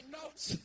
notes